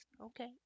Okay